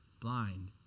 blind